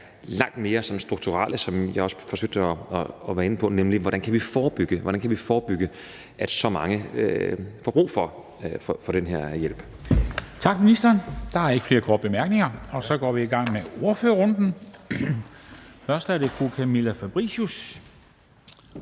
langt mere sådan strukturelle, som jeg også forsøgte at være inde på, nemlig hvordan vi kan forebygge – hvordan vi kan forebygge – at så mange får brug for den her hjælp.